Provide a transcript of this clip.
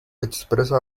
expresa